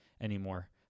anymore